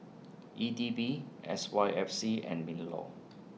E D B S Y F C and MINLAW